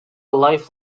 life